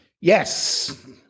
Yes